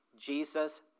Jesus